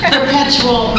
Perpetual